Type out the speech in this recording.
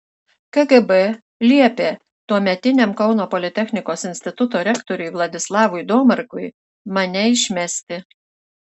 kgb liepė tuometiniam kauno politechnikos instituto rektoriui vladislavui domarkui mane išmesti